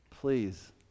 please